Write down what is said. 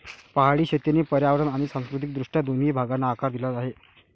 पहाडी शेतीने पर्यावरण आणि सांस्कृतिक दृष्ट्या दोन्ही भागांना आकार दिला आहे